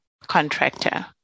contractor